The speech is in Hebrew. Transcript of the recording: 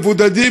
מבודדים,